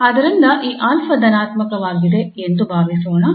ಆದ್ದರಿಂದ ಈ 𝑎 ಧನಾತ್ಮಕವಾಗಿದೆ ಎಂದು ಭಾವಿಸೋಣ